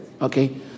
Okay